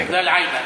בגלל עאידה,